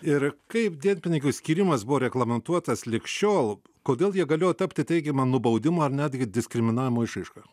ir kaip dienpinigių skyrimas buvo reglamentuotas lig šiol kodėl jie galėjo tapti teigiama nubaudimo ar netgi diskriminavimo išraiška